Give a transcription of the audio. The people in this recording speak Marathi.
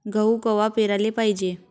गहू कवा पेराले पायजे?